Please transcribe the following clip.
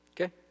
Okay